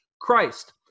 Christ